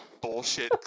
bullshit